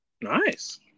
Nice